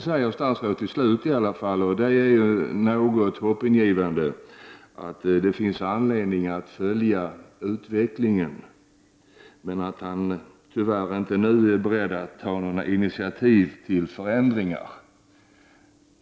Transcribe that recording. Statsrådet säger till slut i alla fall — vilket är hoppingivande — att det finns anledning att följa utvecklingen, men att han nu tyvärr inte är beredd att ta några initiativ till förändringar.